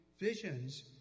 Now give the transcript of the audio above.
visions